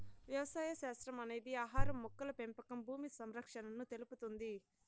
వ్యవసాయ శాస్త్రం అనేది ఆహారం, మొక్కల పెంపకం భూమి సంరక్షణను తెలుపుతుంది